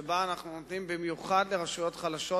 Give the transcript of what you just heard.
שבה אנחנו נותנים במיוחד לרשויות חלשות,